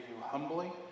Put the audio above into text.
humbly